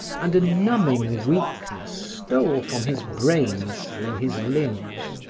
and a numbing weakness stole from his brain through his limbs.